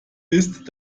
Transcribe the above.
ist